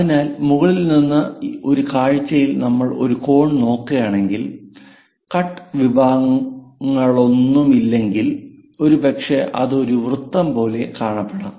അതിനാൽ മുകളിൽ നിന്ന് ഒരു കാഴ്ചയിൽ നമ്മൾ ഒരു കോൺ നോക്കുകയാണെങ്കിൽ കട്ട് വിഭാഗങ്ങളൊന്നുമില്ലെങ്കിൽ ഒരുപക്ഷേ അത് ഒരു വൃത്തം പോലെ കാണപ്പെടാം